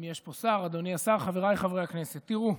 אם יש פה שר, אדוני השר, חבריי חברי הכנסת, תראו,